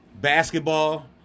basketball